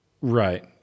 Right